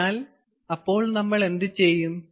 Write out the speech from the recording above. അതിനാൽ നമ്മൾ എന്തുചെയ്യും